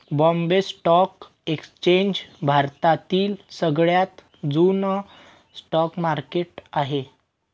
Bombay Stock Exchange भारतातील सगळ्यात जुन स्टॉक मार्केट आहे